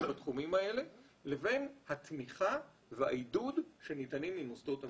בתחומים האלה לבין התמיכה והעידוד שניתנים ממוסדות המדינה.